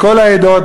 מכל העדות,